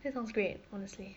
that sounds great honestly